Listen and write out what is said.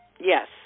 yes